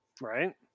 Right